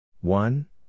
one